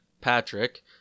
Patrick